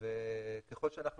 וככל שאנחנו